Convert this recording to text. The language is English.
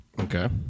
Okay